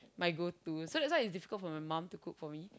my go to so that's why it's difficult for my mum to cook for me